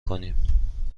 کنیم